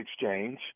exchange